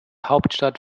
hauptstadt